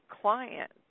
client